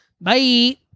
Bye